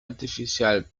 artificial